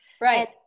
right